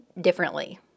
differently